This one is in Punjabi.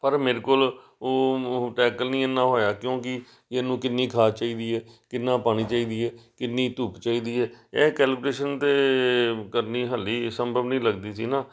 ਪਰ ਮੇਰੇ ਕੋਲ ਉਹ ਟੈਕਲ ਨਹੀਂ ਇੰਨਾ ਹੋਇਆ ਕਿਉਂਕਿ ਇਹਨੂੰ ਕਿੰਨੀ ਖਾਦ ਚਾਹੀਦੀ ਹੈ ਕਿੰਨਾ ਪਾਣੀ ਚਾਹੀਦੀ ਹੈ ਕਿੰਨੀ ਧੁੱਪ ਚਾਹੀਦੀ ਹੈ ਇਹ ਕੈਲਕੂਲੇਸ਼ਨ ਤਾਂ ਕਰਨੀ ਹਾਲੀ ਸੰਭਵ ਨਹੀਂ ਲੱਗਦੀ ਸੀ ਨਾ